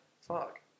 fuck